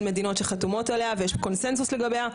מדינות שחתומות עליה ויש קונצנזוס לגביה,